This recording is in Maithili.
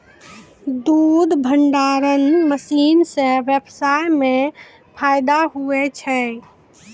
दुध भंडारण मशीन से व्यबसाय मे फैदा हुवै छै